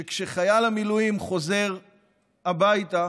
שכשחייל מילואים חוזר הביתה